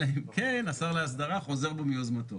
אלא אם כן השר להסדרה חוזר בו מיוזמתו.